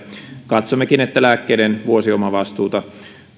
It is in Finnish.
katsommekin että lääkkeiden vuosiomavastuuta